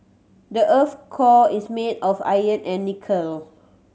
the earth's core is made of iron and nickel